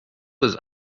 was